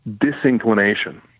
disinclination